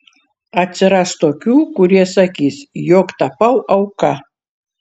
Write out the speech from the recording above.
atsiras tokių kurie sakys jog tapau auka